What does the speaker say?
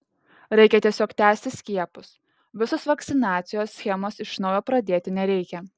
reikia tiesiog tęsti skiepus visos vakcinacijos schemos iš naujo pradėti nereikia